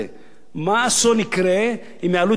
מה אסון יקרה אם יעלו את מס החברות,